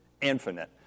infinite